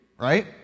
Right